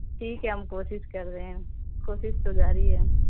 ٹھیک ہے ہم کوشش کر رہے ہیں کوشش تو جاری ہے